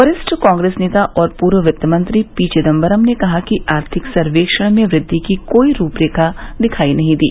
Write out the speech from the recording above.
वरिष्ठ कांग्रेस नेता और पूर्व वित्तमंत्री पी चिदंबरम ने कहा है कि आर्थिक सर्वेक्षण में वृद्धि की कोई रूप रेखा दिखाई नहीं दी